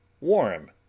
warm